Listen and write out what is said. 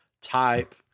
type